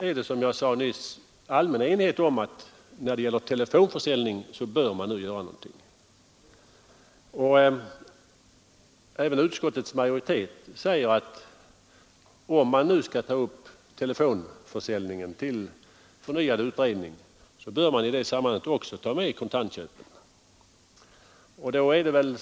Men nu råder det som sagt allmän enighet om att vi bör göra något när det gäller telefonförsäljningen. Utskottets majoritet säger också att om man nu skall ta upp telefonförsäljningen till förnyad utredning, så bör kontantköpen tas med i sammanhanget.